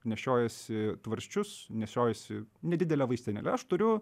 nešiojuosi tvarsčius nešiojuosi nedidelę vaistinėlę aš turiu